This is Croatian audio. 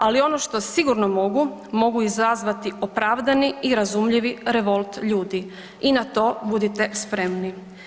Ali ono što sigurno mogu, mogu izazvati opravdani i razumljivi revolt ljudi i na to budite spremni.